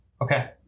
okay